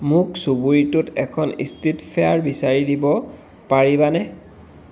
মোক চুবুৰীটোত এখন ষ্ট্ৰীট ফেয়াৰ বিচাৰি দিব পাৰিবানে